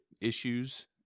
issues